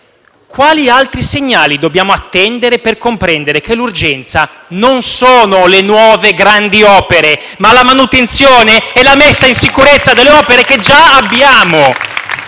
Quali altri segnali dobbiamo attendere per comprendere che l’urgenza non sono le nuove grandi opere, ma la manutenzione e la messa in sicurezza delle opere che già abbiamo?